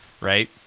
Right